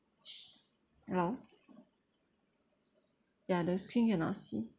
hello ya the stream cannot see